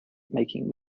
making